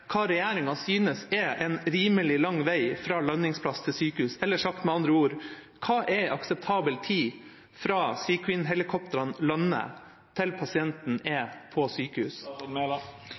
en rimelig lang vei fra landingsplass til sykehus, eller sagt med andre ord: Hva er akseptabel tid fra SAR Queen-helikopteret lander til pasienten er på sykehus?